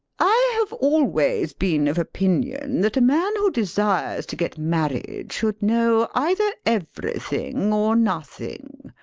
i have always been of opinion that a man who desires to get married should know either everything or nothing.